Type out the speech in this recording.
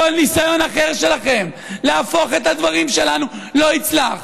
כל ניסיון אחר שלכם להפוך את הדברים שלנו לא יצלח.